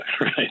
right